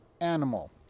animal